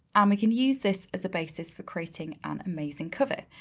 um we can use this as a basis for creating an amazing cover.